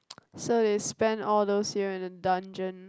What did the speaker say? so they spend all those year in a dungeon